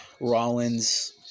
Rollins